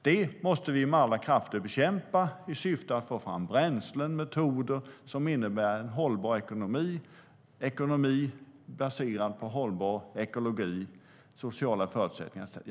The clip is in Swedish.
Detta måste vi med alla krafter bekämpa i syfte att få fram bränslen och metoder som innebär en hållbar ekonomi baserad på hållbar ekologi, sociala förutsättningar etcetera.